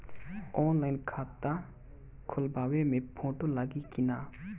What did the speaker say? Online खाता खोलबाबे मे फोटो लागि कि ना?